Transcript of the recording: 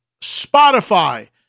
spotify